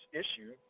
issue